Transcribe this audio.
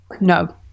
No